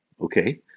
okay